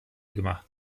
gemacht